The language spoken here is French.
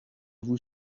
vous